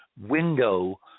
window